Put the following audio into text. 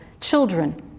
children